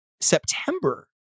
September